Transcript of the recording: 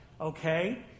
Okay